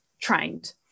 trained